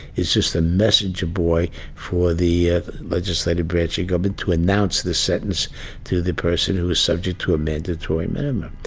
it's just the messenger boy for the legislative branch of and government to announce the sentence to the person who is subject to a mandatory minimum.